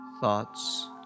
Thoughts